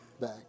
back